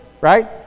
right